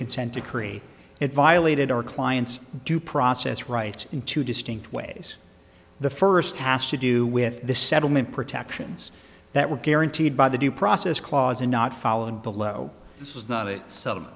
consent decree it violated our client's due process rights in two distinct ways the first has to do with the settlement protections that were guaranteed by the due process clause and not fallen below this is not